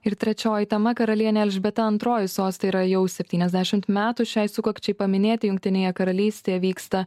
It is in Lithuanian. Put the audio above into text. ir trečioji tema karalienė elžbieta antroji soste yra jau septyniasdešimt metų šiai sukakčiai paminėti jungtinėje karalystėje vyksta